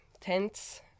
tents